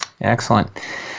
Excellent